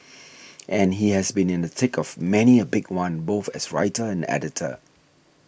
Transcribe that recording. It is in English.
and he has been in the thick of many a big one both as writer and editor